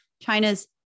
China's